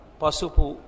pasupu